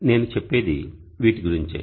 నేను చెప్పేది వీటి గురించే